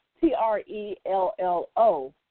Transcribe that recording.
T-R-E-L-L-O